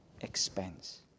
expense